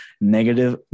negative